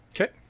Okay